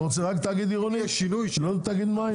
אתה רוצה רק תאגיד עירוני לא תאגיד מים?